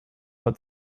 but